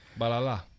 Balala